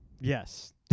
Yes